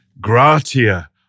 gratia